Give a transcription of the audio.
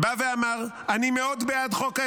לא מתבייש?